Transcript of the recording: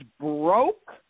broke